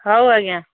ହଉ ଆଜ୍ଞା